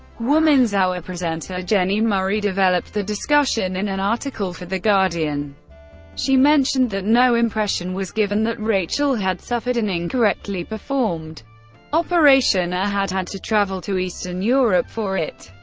woman's hour presenter jenni murray developed the discussion in an article for the guardian she mentioned that no impression was given that rachel had suffered an incorrectly performed operation or had had to travel to eastern europe for it,